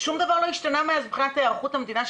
שום דבר לא השתנה מאז מבחינת היערכות המדינה,